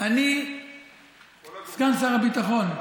אני סגן שר הביטחון,